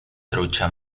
trucha